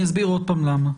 אני אסביר עוד פעם למה.